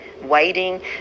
waiting